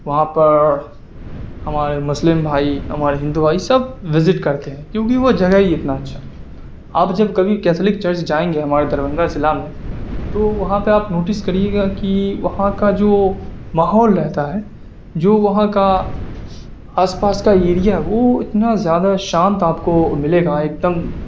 وہاں پر ہمارے مسلم بھائی ہمارے ہندو بھائی سب وزٹ کرتے ہیں کیوں کہ وہ جگہ ہی اتنا اچھا ہے آپ جب کبھی کیتھلک چرچ جائیں گے ہمارے دربھنگہ ضلع میں تو وہاں پہ آپ نوٹس کریے گا کہ وہاں کا جو ماحول رہتا ہے جو وہاں کا آس پاس کا ایریا وہ اتنا زیادہ شانت آپ کو ملے گا ایک دم